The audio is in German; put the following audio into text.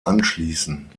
anschließen